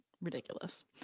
ridiculous